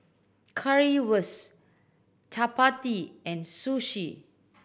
Currywurst Chapati and Sushi